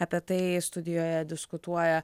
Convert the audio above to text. apie tai studijoje diskutuoja